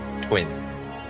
twin